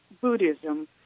Buddhism